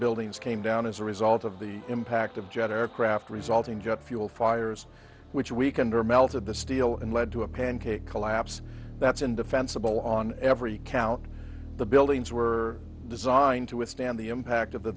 buildings came down as a result of the impact of jet aircraft resulting jet fuel fires which weakened or melted the steel and lead to a pancake collapse that's indefensible on every count the buildings were designed to withstand the